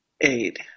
eight